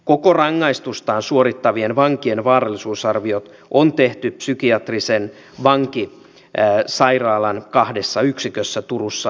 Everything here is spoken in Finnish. koko rangaistustaan suorittavien vankien vaarallisuusarviot on tehty psykiatrisen vankisairaalan kahdessa yksikössä turussa ja vantaalla